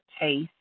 taste